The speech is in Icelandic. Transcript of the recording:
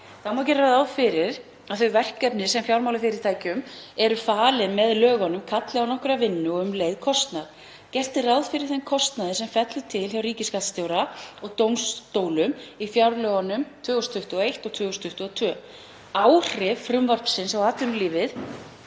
Þá má gera ráð fyrir að þau verkefni sem fjármálafyrirtækjum eru falin með lögunum kalli á nokkra vinnu og um leið kostnað. Gert er ráð fyrir þeim kostnaði sem fellur til hjá ríkisskattstjóra og dómstólum í fjárlögunum 2021 og 2022. Áhrif frumvarpsins á atvinnulífið